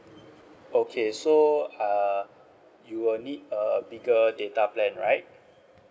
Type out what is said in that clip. okay so uh you will need a bigger data plan right